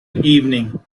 evening